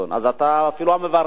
אז אתה אפילו המברך,